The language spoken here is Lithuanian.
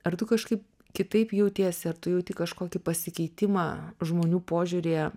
ar tu kažkaip kitaip jautiesi ar tu jauti kažkokį pasikeitimą žmonių požiūryje